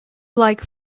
like